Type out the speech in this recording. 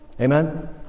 Amen